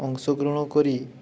ଅଂଶଗ୍ରହଣ କରି